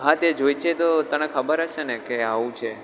હા તે જોઈ છે તો તને ખબર હશે ને કે આવું છે